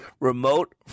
Remote